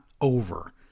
over